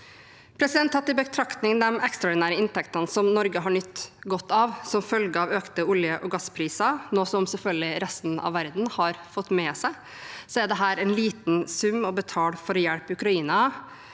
Ukraina. Tatt i betraktning de ekstraordinære inntektene som Norge har nytt godt av som følge av økte olje- og gasspriser, noe resten av verden selvfølgelig har fått med seg, er dette en liten sum å betale for å hjelpe Ukraina